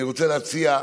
אני רוצה להציע,